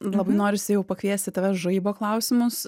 labai norisi jau pakviesti tave žaibo klausimus